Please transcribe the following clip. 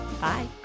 Bye